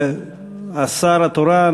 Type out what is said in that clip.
השר התורן,